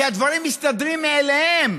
כי הדברים מסתדרים מאליהם".